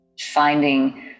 Finding